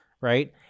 right